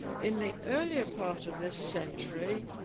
in the earlier part of this century,